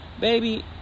baby